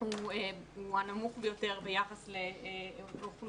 הוא הנמוך ביותר ביחס לאוכלוסייה,